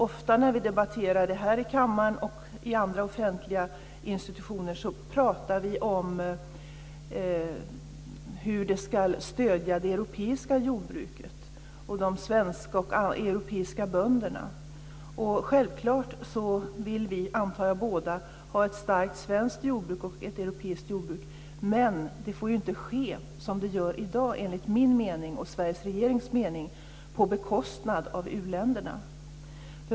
Ofta när vi debatterar detta här i kammaren och i andra offentliga institutioner talar vi om hur de ska stödja det europeiska jordbruket och de svenska och europeiska bönderna. Självklart vill vi båda, antar jag, ha ett starkt svenskt och europeiskt jordbruk, men det får ju inte ske som det gör i dag, enligt min och Sveriges regerings mening, på bekostnad av u-länderna.